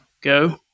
go